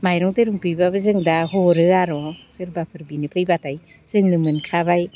माइरं दैरं बिब्लाबो जों दा हरो आर' सोरबाफोर बिनो फैब्लाथाय जोंनो मोनखाबाय